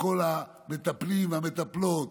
לכל המטפלים והמטפלות,